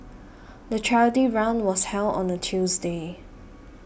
the charity run was held on a Tuesday